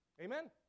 Amen